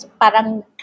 parang